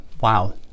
wow